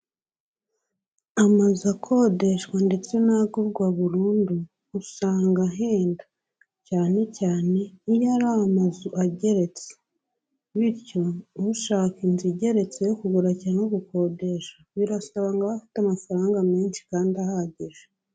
Amazu akodeshwa ndetse n'agurwa burundu, usanga ahenda, cyane cyane iyo ari amazu ageretse, bityo ushaka inzu igeretse yo kugura cyangwa gukodesha, birasaba ngo abe afite amafaranga menshi kandi ahagije.